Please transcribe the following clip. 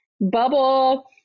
bubble